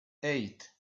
eight